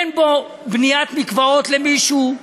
אין בו בניית מקוואות למישהו,